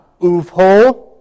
Uvho